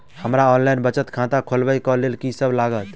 हमरा ऑनलाइन बचत खाता खोलाबै केँ लेल की सब लागत?